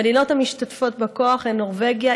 המדינות המשתתפות בכוח הן נורבגיה,